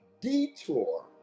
detour